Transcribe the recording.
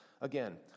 Again